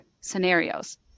scenarios